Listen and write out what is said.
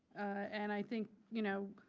and i think, you know,